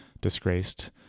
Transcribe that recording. disgraced